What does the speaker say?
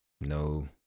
No